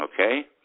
okay